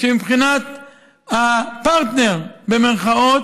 שמבחינת ה"פרטנר", במירכאות,